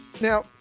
Now